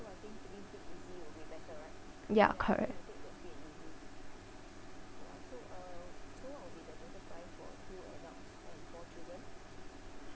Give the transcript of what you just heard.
ya correct